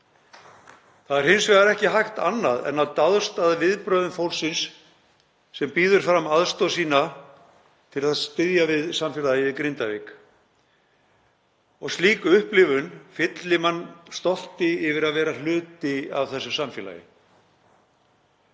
Það er hins vegar ekki hægt annað en að dást að viðbrögðum fólksins sem býður fram aðstoð sína til að styðja við samfélagið í Grindavík og slík upplifun fyllir mann stolti yfir að vera hluti af þessu samfélagi.